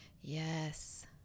Yes